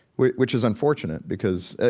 which which is unfortunate because,